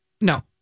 no